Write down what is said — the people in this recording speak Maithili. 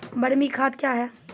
बरमी खाद कया हैं?